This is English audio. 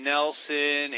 Nelson